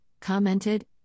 commented